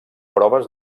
proves